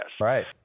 Right